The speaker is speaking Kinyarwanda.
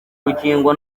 rukingo